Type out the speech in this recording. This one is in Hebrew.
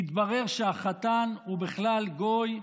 התברר שהחתן הוא בכלל גוי,